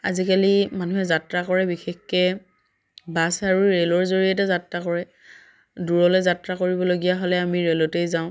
আজিকালি মানুহে যাত্ৰা কৰে বিশেষকৈ বাছ আৰু ৰে'লৰ জৰিয়তে যাত্ৰা কৰে দূৰলৈ যাত্ৰা কৰিবলগীয়া হ'লে আমি ৰে'লতেই যাওঁ